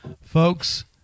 folks